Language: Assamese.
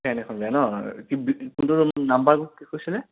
ফেন এখন বেয়া ন কোনটো ৰুম নম্বৰ কি কৈছিলে